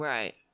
Right